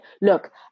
Look